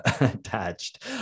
attached